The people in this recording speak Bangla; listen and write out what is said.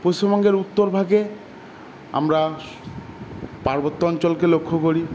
পশ্চিমবঙ্গের উত্তর ভাগে আমরা পার্বত্য অঞ্চলকে লক্ষ্য করি